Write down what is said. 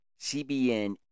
CBN